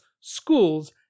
schools